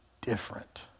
different